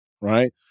right